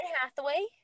Hathaway